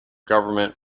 government